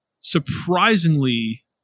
surprisingly